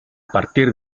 partir